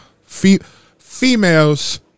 females